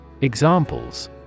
Examples